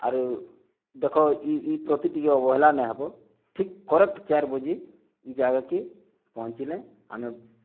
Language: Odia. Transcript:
ଆରୁ ଦେଖ ଇ ଇ ପ୍ରତି ଟିକେ ଅବହେଲା ନାଇଁ ହବ ଠିକ୍ କରେକ୍ଟ ଚାର୍ ବଜେ ଇ ଜାଗାକେ ପହଞ୍ଚିଲେ ଆମେ